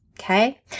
Okay